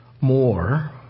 more